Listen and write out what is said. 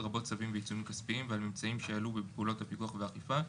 לרבות צוותים ועיצומים כספיים ועל ממצאים שעלו בפעולות הפיקוח והאכיפה,